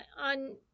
on